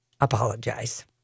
apologize